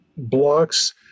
blocks